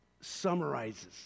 summarizes